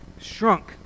shrunk